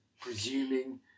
presuming